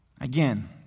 Again